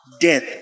death